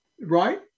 right